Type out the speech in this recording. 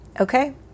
Okay